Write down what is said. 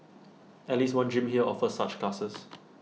at least one gym here offer such classes